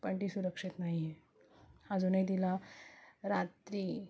पण ती सुरक्षित नाही आहे अजूनही तिला रात्री